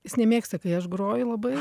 jis nemėgsta kai aš groju labai